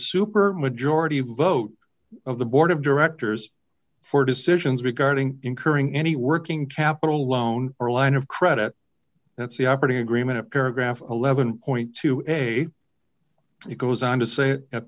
supermajority vote of the board of directors for decisions regarding incurring any working capital loan or line of credit that's the operating agreement paragraph eleven dollars it goes on to say